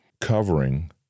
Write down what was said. covering